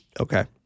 okay